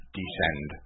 descend